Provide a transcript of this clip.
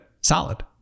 solid